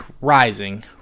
rising